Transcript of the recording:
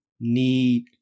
need